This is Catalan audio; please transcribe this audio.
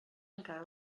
encara